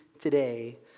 today